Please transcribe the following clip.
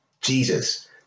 Jesus